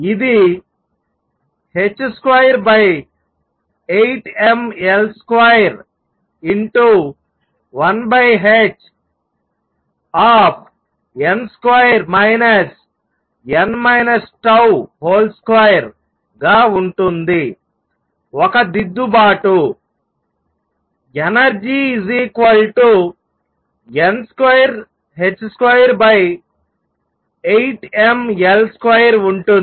ఇది h28mL21hn2 n τ2 గా ఉంటుంది ఒక దిద్దుబాటు ఎనర్జీ n2h28mL2 ఉంటుంది